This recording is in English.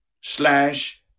Slash